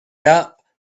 gap